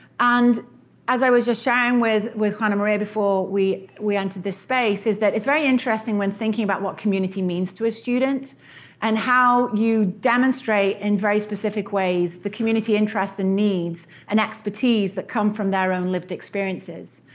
and i was just sharing with with juana maria before we we entered this space, is that it's very interesting when thinking about what community means to a student and how you demonstrate in very specific ways the community interest in needs and expertise that come from their own lived experiences.